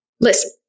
Listen